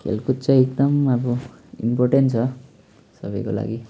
खेलकुद चाहिँ एकदमै अब इन्पोर्टेन्ट छ सबैको लागि